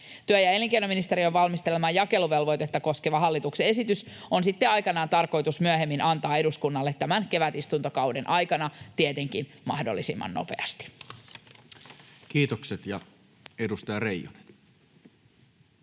Työ- ja elinkeinoministeriön valmistelema jakeluvelvoitetta koskeva hallituksen esitys on sitten aikanaan tarkoitus antaa eduskunnalle tämän kevätistuntokauden aikana, tietenkin mahdollisimman nopeasti. [Speech 106] Speaker: Toinen